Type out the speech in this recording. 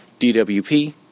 DWP